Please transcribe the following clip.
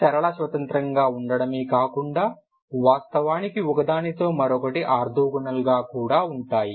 అవి సరళ స్వతంత్రంగా ఉండటమే కాకుండా వాస్తవానికి ఒకదానితో మరొకటి ఆర్తోగోనల్గా కూడా ఉంటాయి